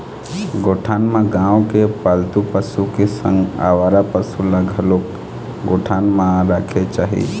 गौठान म गाँव के पालतू पशु के संग अवारा पसु ल घलोक गौठान म राखे जाही